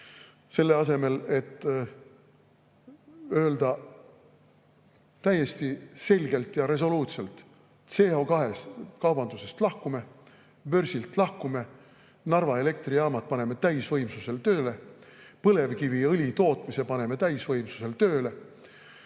selle asemel et öelda täiesti selgelt ja resoluutselt: CO2-kaubandusest lahkume, börsilt lahkume, Narva elektrijaamad paneme täisvõimsusel tööle, põlevkiviõli tootmise paneme täisvõimsusel tööle,